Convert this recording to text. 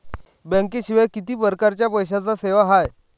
बँकेशिवाय किती परकारच्या पैशांच्या सेवा हाय?